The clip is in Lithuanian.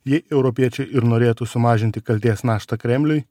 jei europiečiai ir norėtų sumažinti kaltės naštą kremliui